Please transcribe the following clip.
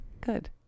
Good